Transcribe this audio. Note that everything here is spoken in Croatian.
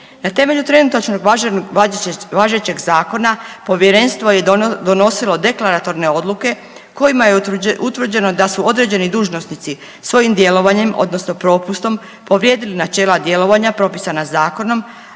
Na temelju trenutačno važećeg Zakona Povjerenstvo je donosilo deklaratorne odluke kojima je utvrđeno da su određeni dužnosnici svojim djelovanjem odnosno propustom povrijedili načela djelovanja propisana zakonom,